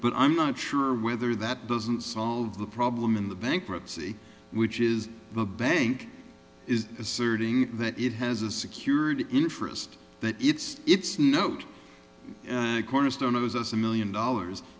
but i'm not sure whether that doesn't solve the problem in the bankruptcy which is the bank is asserting that it has a security interest that it's its note cornerstone of as a million dollars